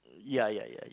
ya ya ya